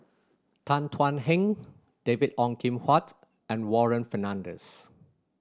Tan Thuan Heng David Ong Kim Huat and Warren Fernandez